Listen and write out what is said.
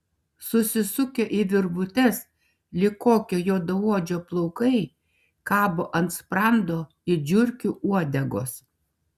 susisukę į virvutes lyg kokio juodaodžio plaukai kabo ant sprando it žiurkių uodegos